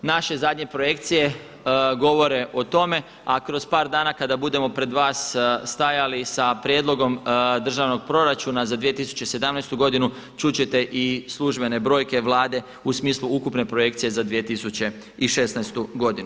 Naše zadnje projekcije govore o tome a kroz par dana kada budemo pred vama stajali sa prijedlogom državnog proračuna za 2017. godinu čut ćete i službene brojke Vlade u smislu ukupne projekcije za 2016. godinu.